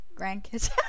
grandkids